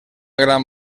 gran